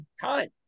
time